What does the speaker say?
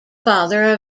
father